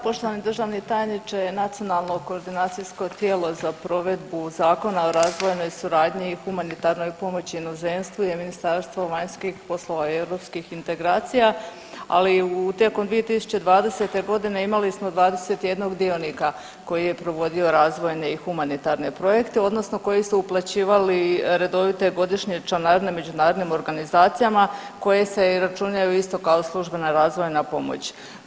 Poštovani državni tajniče, Nacionalno koordinacijsko tijelo za provedbu Zakona o razvojnoj suradnji i humanitarnoj pomoći inozemstvu je Ministarstvo vanjskih poslova i europskih integracija, ali i tijekom 2020. godine imali smo 21 dionika koji je provodio razvojne i humanitarne projekte odnosno koji su uplaćivali redovite godišnje članarine međunarodnim organizacijama koje se računaju isto kao službena razvojna pomoć.